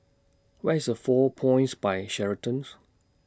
Where IS A four Points By Sheraton's